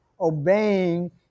obeying